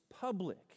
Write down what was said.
public